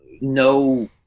no